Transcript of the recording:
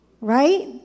Right